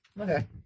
Okay